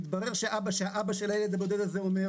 מתברר שאבא של הילד הבודד אומר,